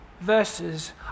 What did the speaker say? verses